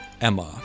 Emma